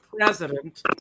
president